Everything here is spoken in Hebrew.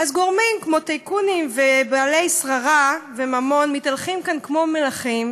גורמים כמו טייקונים ובעלי שררה וממון מתהלכים כאן כמו מלכים,